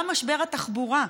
גם משבר התחבורה,